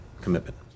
commitment